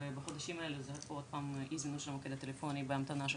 בחודשים האלה זה אי זמינות של המוקד הטלפוני והמתנה של